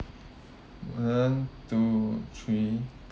one two three